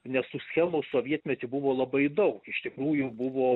nes tų schemų sovietmety buvo labai daug iš tikrųjų buvo